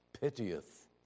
pitieth